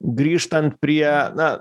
grįžtant prie na